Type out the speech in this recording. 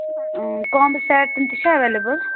کانٛمبہٕ سٮ۪ٹ تِم تہِ چھا ایٚویلیبُل